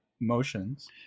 motions